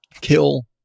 kill